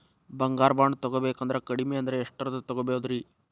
ಬಂಗಾರ ಬಾಂಡ್ ತೊಗೋಬೇಕಂದ್ರ ಕಡಮಿ ಅಂದ್ರ ಎಷ್ಟರದ್ ತೊಗೊಬೋದ್ರಿ?